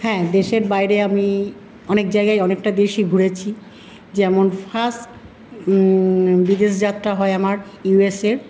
হ্যাঁ দেশের বাইরে আমি অনেক জায়গায় অনেকটা দেশই ঘুরেছি যেমন ফার্স্ট বিদেশ যাত্রা হয় আমার ইউএস এর